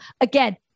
again